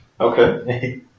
Okay